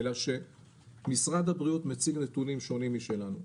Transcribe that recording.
אלא שמשרד הבריאות מציג נתונים שונים משלנו.